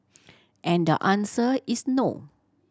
and the answer is no